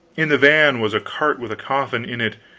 in the van was a cart with a coffin in it,